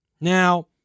Now